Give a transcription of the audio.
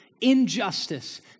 injustice